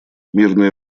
мирное